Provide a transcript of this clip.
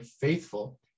faithful